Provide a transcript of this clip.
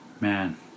man